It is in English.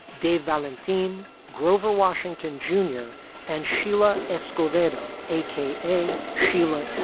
dave valentine, grover washington junior and sheila escovedo, a k a. sheila